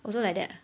also like that ah